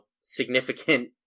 significant